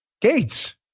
Gates